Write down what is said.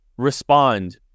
respond